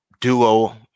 duo